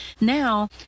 Now